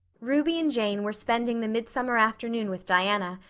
ruby and jane were spending the midsummer afternoon with diana,